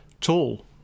Tall